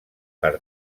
per